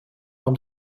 mam